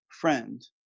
friend